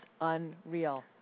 unreal